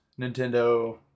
Nintendo